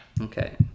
Okay